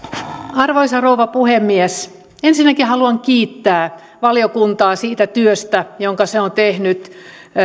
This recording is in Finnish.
arvoisa rouva puhemies ensinnäkin haluan kiittää valiokuntaa siitä työstä jonka se on tehnyt